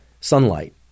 sunlight